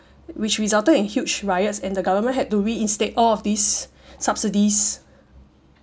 which resulted in huge riots and the government had to reinstate all of these subsidies